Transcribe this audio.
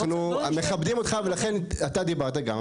אנחנו מכבדים אותך ולכן אתה דיברת גם.